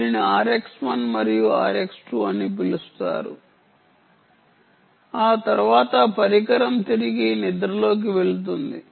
దీనిని RX 1 మరియు RX 2 అని పిలుస్తారు ఆ తర్వాత పరికరం తిరిగి నిద్రలోకి వెళుతుంది